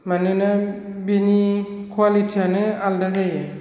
मानोना बिनि क्वालिटि आनो आलादा जायो